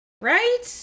Right